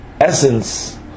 essence